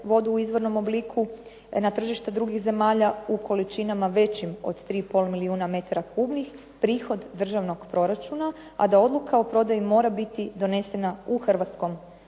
vodu u izvornom obliku na tržišta drugih zemalja, u količinama većim od 3 i pol milijuna metara kubnih, prihod državnog proračuna, a da odluka o prodaji mora biti donesena u Hrvatskom saboru,